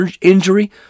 injury